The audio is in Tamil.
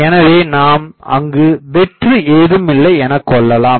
எனவே நாம் அங்கு வெற்று ஏதுமில்லை எனக்கொள்ளலாம்